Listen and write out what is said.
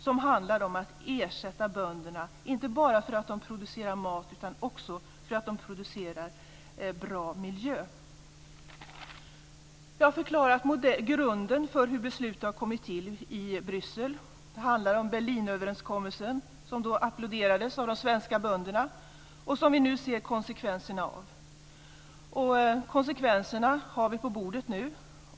Det handlar om att ersätta bönderna inte bara för att de producerar mat, utan också för att de producerar bra miljö. Jag har förklarat grunden för hur beslutet har kommit till i Bryssel. Det handlar om Berlinöverenskommelsen som då applåderades av de svenska bönderna. Nu ser vi konsekvenserna av den. Vi har konsekvenserna på bordet nu.